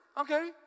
okay